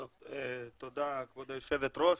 תודה, כבוד היושבת-ראש.